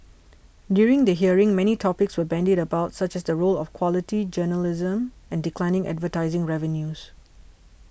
during the hearing many topics were bandied about such as the role of quality journalism and declining advertising revenues